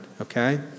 okay